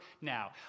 now